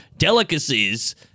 delicacies